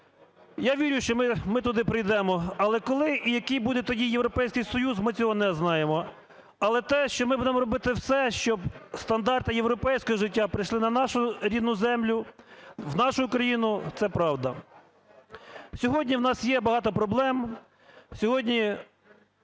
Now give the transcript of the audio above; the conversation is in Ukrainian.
я вірю, що ми туди прийдемо, але коли і який буде тоді Європейський Союз, ми цього не знаємо. Але те, що ми будемо робити все, щоб стандарти європейського життя прийшли на нашу рідну землю, в нашу Україну – це правда. Сьогодні у нас є багато проблем.